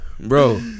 Bro